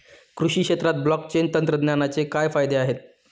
कृषी क्षेत्रात ब्लॉकचेन तंत्रज्ञानाचे काय फायदे आहेत?